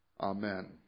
Amen